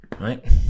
right